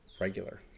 regular